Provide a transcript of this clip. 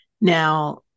Now